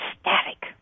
static